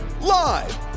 Live